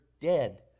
dead